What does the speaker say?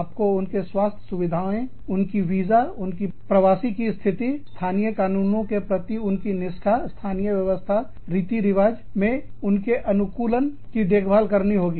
आपको उनके स्वास्थ्य सुविधाएँ उनकी वीजा उनकी प्रवासी की स्थिति स्थानीय कानूनो के प्रति उनकी निष्ठा स्थानीय व्यवस्थारीति रिवाज में उनके अनुकूलन की देखभाल करनी होगी